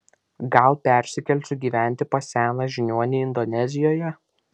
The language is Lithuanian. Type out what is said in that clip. gal persikelsiu gyventi pas seną žiniuonį indonezijoje